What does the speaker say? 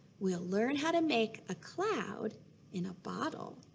we'll learn how to make a cloud in a bottle.